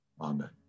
Amen